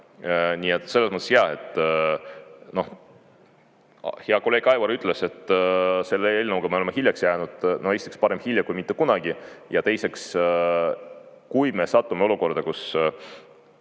Nii et selles mõttes jah, hea kolleeg Aivar ütles, et selle eelnõuga me oleme hiljaks jäänud, no esiteks parem hilja kui mitte kunagi. Ja teiseks, kui me satume olukorda, kus